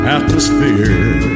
atmosphere